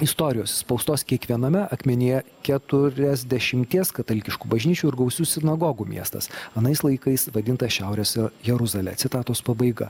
istorijos įspaustos kiekviename akmenyje keturiasdešimties katalikiškų bažnyčių ir gausių sinagogų miestas anais laikais vadintas šiaurės jeruzale citatos pabaiga